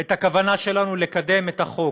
את הכוונה שלנו לקדם את החוק.